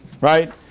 right